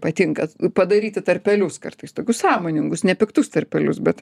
patinka padaryti tarpelius kartais tokius sąmoningus nepiktus tarpelius bet